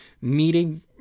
meeting